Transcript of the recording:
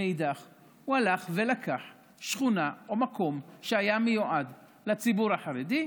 הוא הלך ולקח שכונה או מקום שהיה מיועד לציבור החרדי,